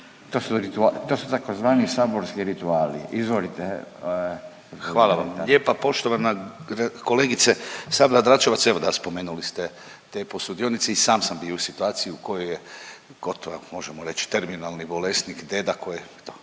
to su tzv. saborski rituali. Izvolite. **Dretar, Davor (DP)** Hvala vam lijepa. Poštovana kolegice Sabljar-Dračevac, evo da spomenuli ste te posudionice i sam sam bio u situaciji u kojoj je gotovo možemo reći terminalni bolesnik deda koji